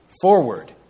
forward